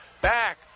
Back